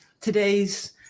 today's